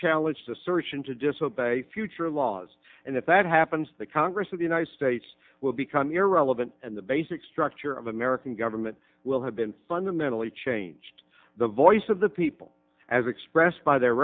unchallenged assertion to disobey future laws and if that happens the congress of the united states will become irrelevant and the basic structure of american government will have been fundamentally changed the voice of the people as expressed by their